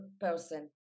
person